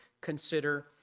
consider